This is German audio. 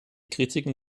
kritiken